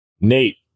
Nate